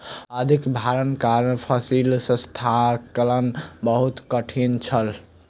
अधिक भारक कारण फसिलक स्थानांतरण बहुत कठिन छल